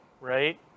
right